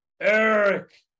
Eric